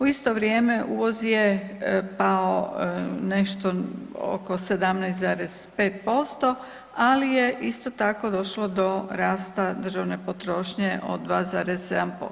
U isto vrijeme uvoz je pao nešto oko 17,5%, ali je isto tako došlo do rasta državne potrošnje od 2,7%